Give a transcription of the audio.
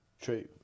true